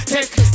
Take